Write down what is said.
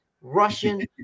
russian